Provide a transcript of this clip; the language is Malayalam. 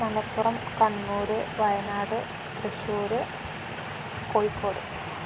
മലപ്പുറം കണ്ണൂര് വയനാട് തൃശ്ശൂര് കോഴിക്കോട്